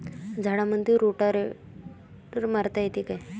झाडामंदी रोटावेटर मारता येतो काय?